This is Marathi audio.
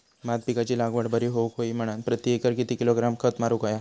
भात पिकाची लागवड बरी होऊक होई म्हणान प्रति एकर किती किलोग्रॅम खत मारुक होया?